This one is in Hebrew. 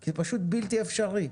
זה פשוט בלתי אפשרי.